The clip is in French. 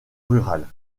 rurales